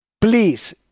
Please